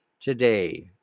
today